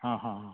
आं हां